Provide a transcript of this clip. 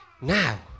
Now